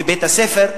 ובית-הספר,